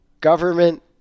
government